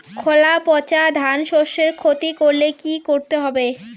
খোলা পচা ধানশস্যের ক্ষতি করলে কি করতে হবে?